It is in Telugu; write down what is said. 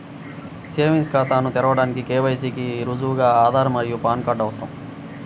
సేవింగ్స్ ఖాతాను తెరవడానికి కే.వై.సి కి రుజువుగా ఆధార్ మరియు పాన్ కార్డ్ అవసరం